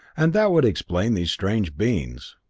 and that would explain these strange beings.